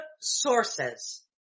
sources